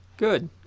Good